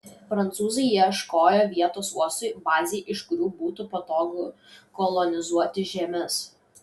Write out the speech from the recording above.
prancūzai ieškojo vietos uostui bazei iš kurios būtų patogu kolonizuoti žemes